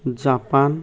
Japan